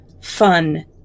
fun